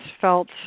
felt